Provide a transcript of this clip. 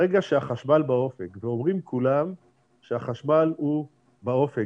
ברגע שהחשמל באופק ואומרים כולם שהחשמל באופק,